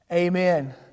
Amen